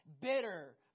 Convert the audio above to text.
bitter